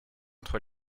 entre